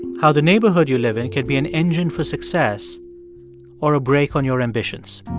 how the neighborhood you live in could be an engine for success or a brake on your ambitions